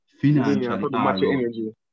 financially